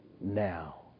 now